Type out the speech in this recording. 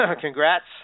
congrats